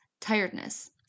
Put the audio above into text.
tiredness